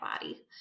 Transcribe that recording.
body